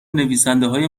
نویسندههای